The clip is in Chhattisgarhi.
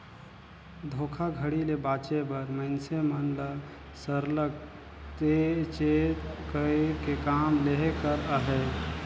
धोखाघड़ी ले बाचे बर मइनसे मन ल सरलग चेत कइर के काम लेहे कर अहे